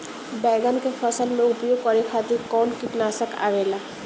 बैंगन के फसल में उपयोग करे खातिर कउन कीटनाशक आवेला?